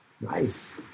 Nice